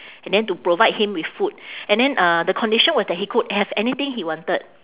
and then to provide him with food and then uh the condition was that he could have anything he wanted